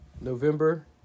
November